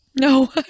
No